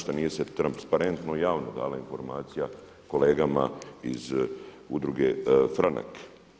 Što se nije transparentno i javno dala informacija kolegama iz Udruge Franak?